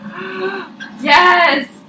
yes